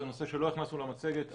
זה נושא שלא הכנסנו למצגת,